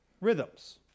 rhythms